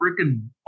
freaking